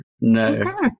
No